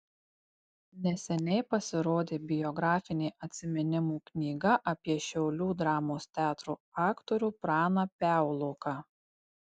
neseniai pasirodė biografinė atsiminimų knyga apie šiaulių dramos teatro aktorių praną piauloką